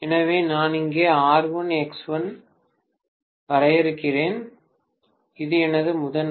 எனவே நான் இங்கே R1 X1 ஐ வரையறுக்கிறேன் இது எனது முதன்மை